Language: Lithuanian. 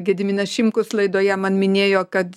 gediminas šimkus laidoje man minėjo kad